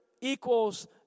equals